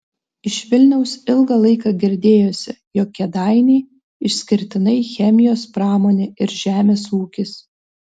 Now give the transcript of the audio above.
iš vilniaus ilgą laiką girdėjosi jog kėdainiai išskirtinai chemijos pramonė ir žemės ūkis